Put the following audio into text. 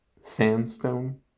sandstone